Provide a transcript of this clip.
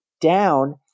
down